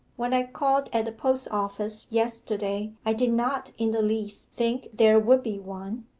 when i called at the post-office yesterday i did not in the least think there would be one.